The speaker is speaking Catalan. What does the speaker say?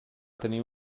tenir